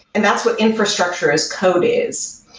and that's what infrastructure as code is.